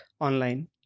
online